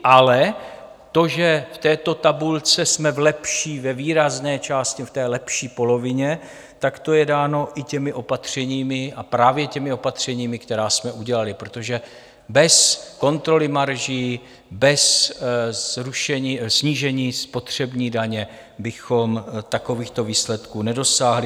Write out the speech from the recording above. Ale to, že v této tabulce jsme v lepší, ve výrazné části v té lepší polovině, tak to je dáno i těmi opatřeními a právě těmi opatřeními, která jsme udělali, protože bez kontroly marží, bez snížení spotřební daně bychom takovýchto výsledků nedosáhli.